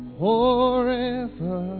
forever